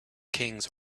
kings